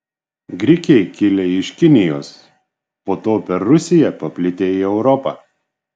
grikiai kilę iš kinijos po to per rusiją paplitę į europą